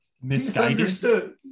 Misunderstood